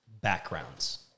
backgrounds